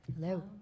Hello